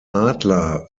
adler